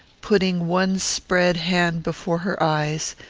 putting one spread hand before her eyes,